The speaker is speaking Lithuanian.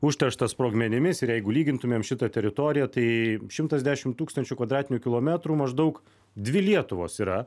užteršta sprogmenimis ir jeigu lygintumėm šitą teritoriją tai šimtas dešim tūkstančių kvadratinių kilometrų maždaug dvi lietuvos yra